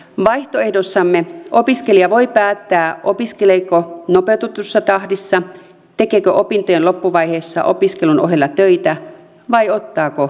vaihtoehdossamme opiskelija voi päättää opiskeleeko nopeutetussa tahdissa tekeekö opintojen loppuvaiheessa opiskelun ohella töitä vai ottaako opintolainaa